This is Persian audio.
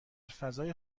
فضای